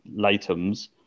Latums